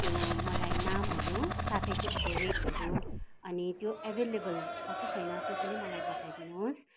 त्यो मलाई नामहरू साथै त्यसको रेटहरू अनि त्यो एभाइलेबल छ कि छैन त्यो पनि मलाई बताइ दिनुहोस्